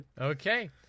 Okay